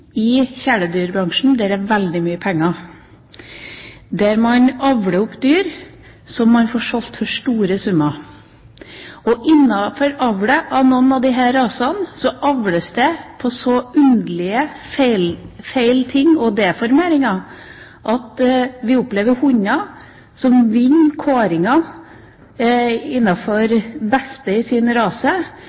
i kjæledyrbransjen, der det er veldig mye penger, og der man avler opp dyr som man får solgt for store summer. På noen av disse rasene avles det på så underlige, feil ting og deformeringer at vi kan oppleve hunder som blir kåret til beste i sin rase,